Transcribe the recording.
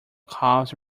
calves